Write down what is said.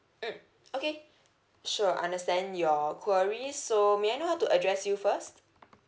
mm okay sure understand your queries so may I know how to address you first